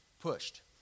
pushed